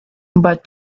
but